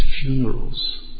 funerals